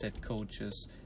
coaches